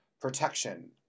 protection